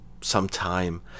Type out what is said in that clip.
sometime